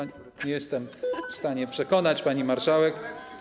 Nie jestem w stanie przekonać pani marszałek.